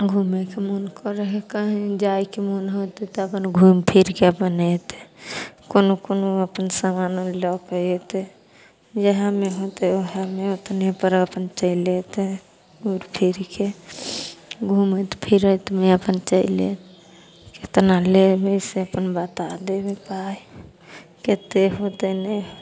घुमैके मोन करै हइ कहीँ जाइके मोन होतै तऽ अपन घुमिफिरिके अपन अएतै कोनो कोनो अपन समानो लऽके अएतै जाहिमे होतै ओहेमे अपनेपर अपन चलि अएतै घुरिफिरिके घुमैत फिरैतमे अपन चलि अएतै कतना लेबै से अपन बता देबै पाइ कतेक होतै नहि होतै